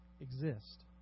exist